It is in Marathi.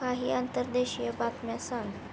काही अंतर्देशीय बातम्या सांग